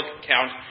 account